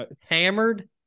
Hammered